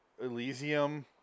Elysium